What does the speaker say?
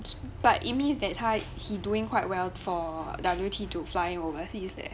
but it means that 他 he doing quite well for W T to fly him oversea leh